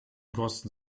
kosten